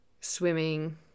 swimming